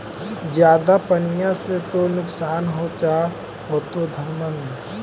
ज्यादा पनिया से तो नुक्सान हो जा होतो धनमा में?